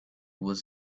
was